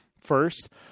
first